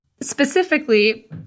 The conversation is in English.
specifically